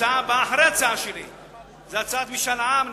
הכול נמצא באחריות שר המדע, ואני